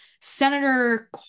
senator